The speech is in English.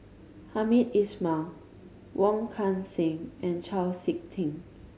Hamed Ismail Wong Kan Seng and Chau Sik Ting